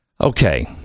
Okay